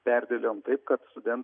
perdėliojom taip kad studentai